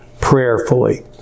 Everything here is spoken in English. prayerfully